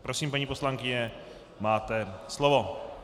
Prosím, paní poslankyně, máte slovo.